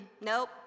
nope